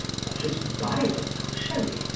such as byron, shelley,